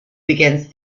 begins